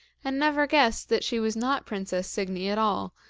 and never guessed that she was not princess signy at all,